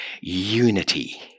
unity